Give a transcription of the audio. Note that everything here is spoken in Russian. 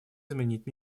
изменить